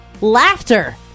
laughter